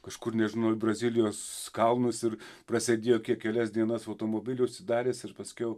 kažkur nežinau ar į brazilijos kalnus ir prasėdėjo kiek kelias dienas automobilyje užsidaręs ir paskiau